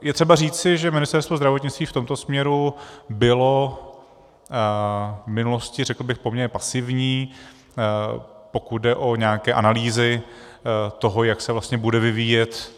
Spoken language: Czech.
Je třeba říci, že Ministerstvo zdravotnictví v tomto směru bylo v minulosti, řekl bych, poměrně pasivní, pokud jde o nějaké analýzy toho, jak se vlastně bude vyvíjet